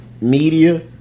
media